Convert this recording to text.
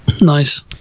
nice